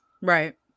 Right